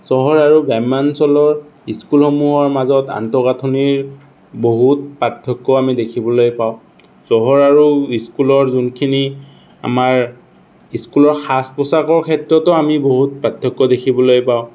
চহৰ আৰু গ্ৰাম্যাঞ্চলৰ স্কুলসমূহৰ মাজত আন্তঃগাঁঠনিৰ বহুত পাৰ্থক্য আমি দেখিবলৈ পাওঁ চহৰ আৰু ইস্কুলৰ যোনখিনি আমাৰ স্কুলৰ সাজ পোচাকৰ ক্ষেত্ৰতো আমি বহুত পাৰ্থক্য দেখিবলৈ পাওঁ